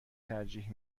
ترجیح